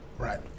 right